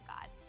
God